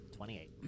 28